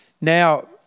Now